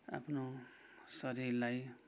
आफ्नो शरीरलाई